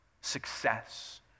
success